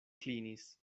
klinis